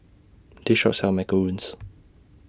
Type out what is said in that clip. This Shop sells Macarons